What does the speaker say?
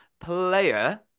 player